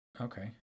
Okay